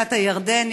בקעת הירדן,